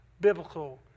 biblical